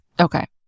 Okay